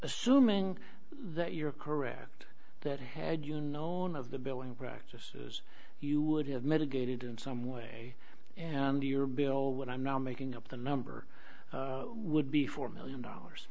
assuming that you're correct that had you known of the billing practices you would have mitigated in some way and your bill would i'm now making up the number would be four million dollars